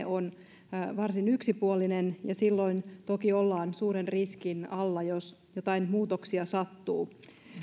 on varsin yksipuolinen silloin toki ollaan suuren riskin alla jos jotain muutoksia sattuu